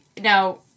Now